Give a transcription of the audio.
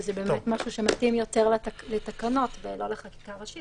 וזה משהו שמתאים יותר לתקנות ולא לחקיקה ראשית,